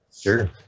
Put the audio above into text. Sure